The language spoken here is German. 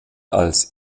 als